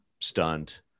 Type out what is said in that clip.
stunt